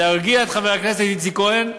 להרגיע את חבר הכנסת איציק כהן,